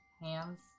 hands